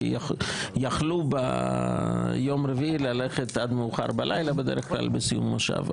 כי היו יכולים להיות ביום רביעי עד מאוחר בלילה בדרך כלל בסיום המושב.